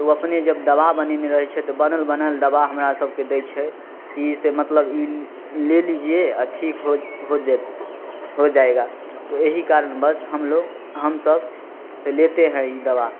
तऽ ओ अपने जब दबा बनेने रहै छै तऽ बनल बनल दबा हमरा सबके दै छै कि से मतलब ई ले लीजिए ठीक हो हो जायत हो जाएगा तऽ ओहि कारणबश हमलोग हम सब से लेते है ई दबा